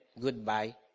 goodbye